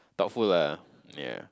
thoughtful lah ya